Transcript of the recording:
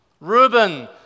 Reuben